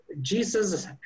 Jesus